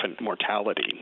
mortality